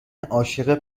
عاشق